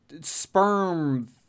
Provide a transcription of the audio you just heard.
sperm